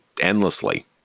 endlessly